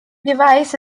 device